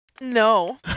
no